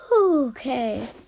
okay